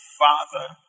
father